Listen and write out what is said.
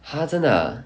!huh! 真的 ah